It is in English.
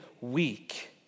weak